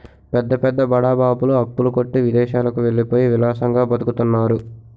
పెద్ద పెద్ద బడా బాబులు అప్పుల కొట్టి విదేశాలకు వెళ్ళిపోయి విలాసంగా బతుకుతున్నారు